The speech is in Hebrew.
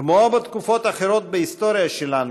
כמו בתקופות אחרות בהיסטוריה שלנו,